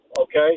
okay